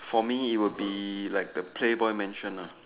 for me it would be like the playboy mansion lah